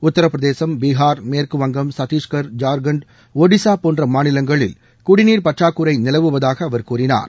உத்தரப் பிரதேசும் பீகார் மேற்குவங்கம் சத்தீஷ்கர் ஜார்க்கண்ட் ஷடிசா போன்ற மாநிலங்களில் குடிநீர் பற்றாக்குறை நிலவுவதாக அவர் கூறினார்